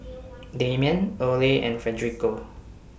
Damian Oley and Federico